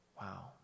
Wow